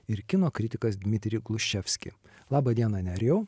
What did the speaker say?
ir kino kritikas dmitri gluševski labą dieną nerijau